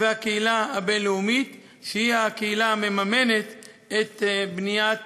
והקהילה הבין-לאומית, שהיא המממנת את בניית